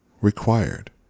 required